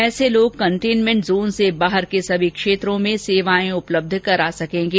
ऐसे लोग containment zone से बाहर के सभी क्षेत्रों में सेवाएं उपलब्ध करा सकेंगे